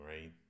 right